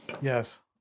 Yes